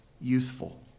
youthful